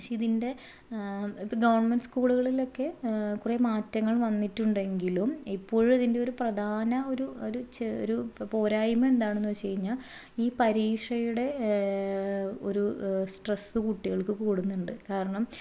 പക്ഷെ ഇതിൻ്റെ ഇപ്പോൾ ഗവൺമെൻറ്റ് സ്കൂളുകളിലൊക്കെ കുറെ മാറ്റങ്ങൾ വന്നിട്ടുണ്ടെങ്കിലും ഇപ്പോഴും ഇതിൻ്റെ ഒരു പ്രധാന ഒരു ഒരു ചെ ഒരു പോരായ്മ എന്താണെന്ന് വെച്ച് കഴിഞ്ഞാൽ ഈ പരീക്ഷയുടെ ഒരു സ്ട്രെസ് കുട്ടികൾക്ക് കൂടുന്നുണ്ട് കാരണം